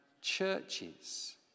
churches